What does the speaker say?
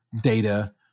data